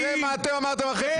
תסתכל מה אתם אמרתם אחרי פיגועים.